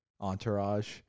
Entourage